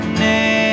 name